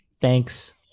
thanks